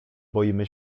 boimy